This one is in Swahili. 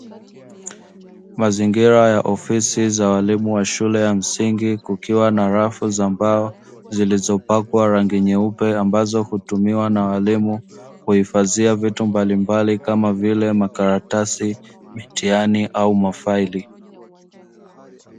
Mazingira ya ofisi za walimu wa shule ya msingi kukiwa na rafu za mbao zilizopakwa rangi nyeupe, ambazo hutumiwa na walimu kuhifadhia vitu mbalimbali kama vile; makaratasi, mitihani au mafaili.